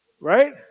Right